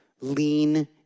Lean